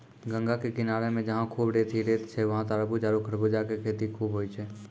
गंगा के किनारा मॅ जहां खूब रेत हीं रेत छै वहाँ तारबूज आरो खरबूजा के खेती खूब होय छै